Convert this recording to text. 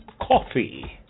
coffee